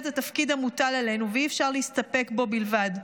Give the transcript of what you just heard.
התפקיד המוטל עלינו, ואי-אפשר להסתפק בו בלבד.